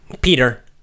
Peter